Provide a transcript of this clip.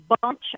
bunch